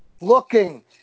Looking